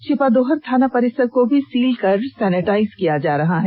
छिपादोहर थाना परिसर को भी सील कर सैनिटाइज किया जा रहा है